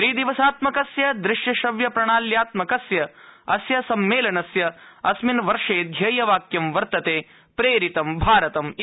विदिवसात्मकस्य दृश्यश्रव्यप्रणाल्यात्मकस्य सम्मेलनस्य अस्मिन वर्षे ध्येयवाक्यं वर्तते प्रेरितं भारतम् इति